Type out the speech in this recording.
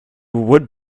would